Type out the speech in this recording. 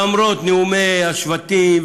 למרות נאומי השבטים,